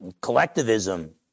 collectivism